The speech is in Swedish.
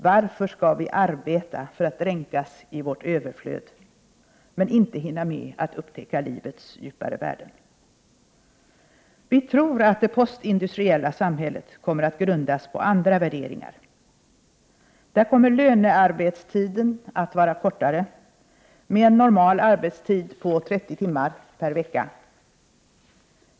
Varor SKan VI arbeta för att dränkas i vårt överflöd men inte hinna med att upptäcka livets djupare värden? Vi tror att det postindustriella samhället kommer att grundas på andra värderingar. Där kommer lönearbetstiden att vara kortare, med en normal arbetstid på 30 timmar per vecka.